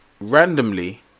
randomly